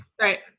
right